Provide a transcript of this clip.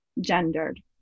gendered